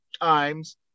times